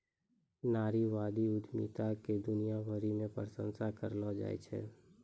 नारीवादी उद्यमिता के दुनिया भरी मे प्रशंसा करलो जाय छै